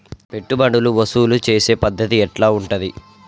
పెట్టుబడులు వసూలు చేసే పద్ధతి ఎట్లా ఉంటది?